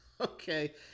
Okay